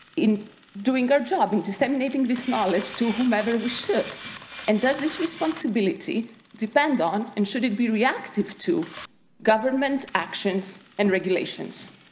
in doing our job in disseminating this knowledge to whomever we should and does this responsibilities depend on and should it be reactive to government actions and regulations